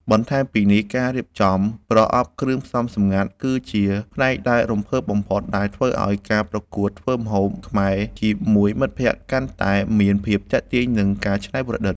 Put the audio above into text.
បន្ថែមពីនេះ ការរៀបចំ ប្រអប់គ្រឿងផ្សំសម្ងាត់ គឺជាផ្នែកដែលរំភើបបំផុតដែលធ្វើឱ្យការប្រកួតធ្វើម្ហូបខ្មែរជាមួយមិត្តភក្តិកាន់តែមានភាពទាក់ទាញ និងការច្នៃប្រឌិត។